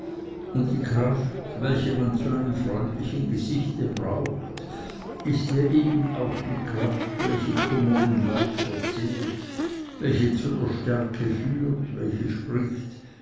und die kraft welche man zu einem freundlichen gesichte braucht ist ja eben auch die kraft welche kummer und leid verzehrt welche zu der stärke führt welche spricht